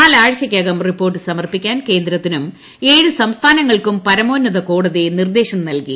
നാലാഴ്ചയ്ക്കകം report സമർപ്പിക്കാൻ കേന്ദ്രത്തിനും ഏഴ് സംസ്ഥാനങ്ങൾക്കും പരമോന്നത കോടതി നിർദ്ദേശം നൽകി